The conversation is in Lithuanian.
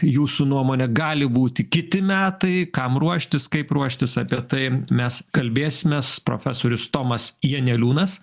jūsų nuomone gali būti kiti metai kam ruoštis kaip ruoštis apie tai mes kalbėsimės profesorius tomas janeliūnas